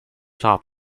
top